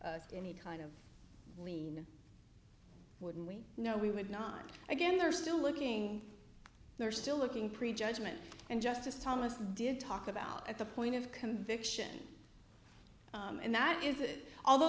trumps any kind of lean wouldn't we know we would not again they're still looking they're still looking prejudgment and justice thomas did talk about at the point of conviction and that is it although